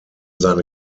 seine